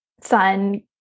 son